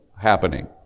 happening